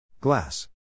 Glass